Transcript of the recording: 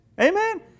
Amen